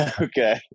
Okay